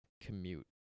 commute